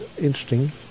interesting